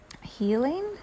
healing